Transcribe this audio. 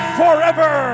forever